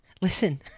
Listen